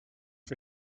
for